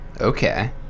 Okay